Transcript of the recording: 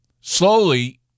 Slowly